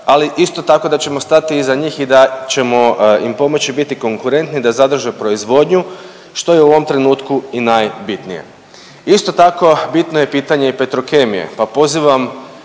ali isto tako da ćemo stati iza njih i da ćemo im pomoći biti konkurentni i da zadrže proizvodnju što je u ovom trenutku i najbitnije. Isto tako, bitno je pitanje i Petrokemije pa pozivam